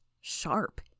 sharp